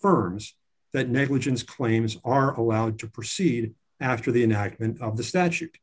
confirms that negligence claims are allowed to proceed after the enactment of the statute